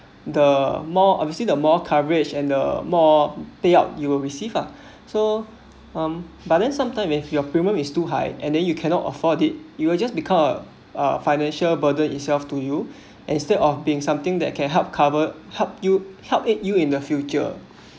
the more obviously the more coverage and the more payout you will receive ah so um but then sometime when your premium is too high and then you cannot afford it you will just because uh financial burden itself to you instead of being something that can help cover help you help aid you in the future